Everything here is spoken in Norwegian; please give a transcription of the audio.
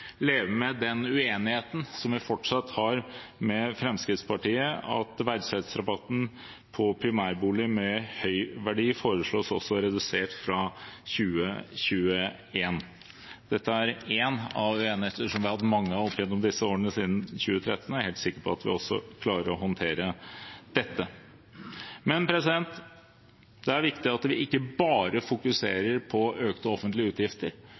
fortsatt har med Fremskrittspartiet om at verdsettelsesrabatten på primærbolig med høy verdi foreslås redusert fra 2021. Dette er en av uenighetene som vi har hatt mange av opp gjennom disse årene siden 2013, og jeg er helt sikker på at vi også klarer å håndtere dette. Men det er viktig at vi ikke bare fokuserer på økte offentlige utgifter.